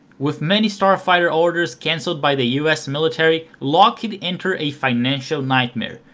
with many starfighter's orders cancelled by the us military, lockheed entered a financial nightmare.